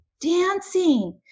dancing